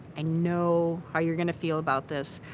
i know how you're going to feel about this,